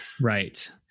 Right